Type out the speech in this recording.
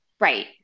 Right